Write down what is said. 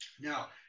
Now